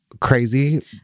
Crazy